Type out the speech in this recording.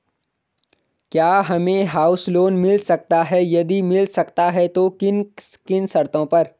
क्या हमें house loan मिल सकता है यदि मिल सकता है तो किन किन शर्तों पर?